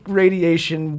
radiation